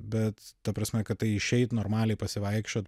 bet ta prasme kad tai išeit normaliai pasivaikščiot